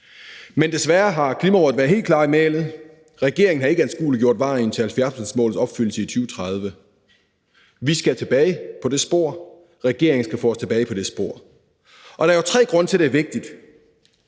Men desværre har Klimarådet været helt klare i mælet: Regeringen har ikke anskueliggjort vejen til 70-procentsmålsætningens opfyldelse i 2030. Vi skal tilbage på det spor, og regeringen skal få os tilbage på det spor. Der er jo tre grunde til, at det er vigtigt.